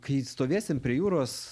kai stovėsim prie jūros